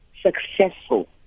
successful